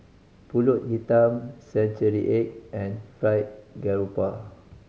Pulut Hitam century egg and Fried Garoupa